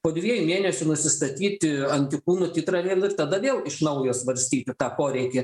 po dviejų mėnesių nusistatyti antikūnų titrą vėl ir tada vėl iš naujo svarstyti tą poreikį